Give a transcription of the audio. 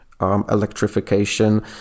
Electrification